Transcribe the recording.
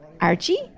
Archie